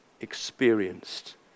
experienced